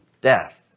death